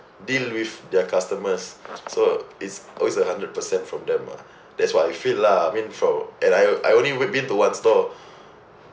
deal with their customers so it's always a hundred percent from them ah that's what I feel lah I mean for and I I only went been to one store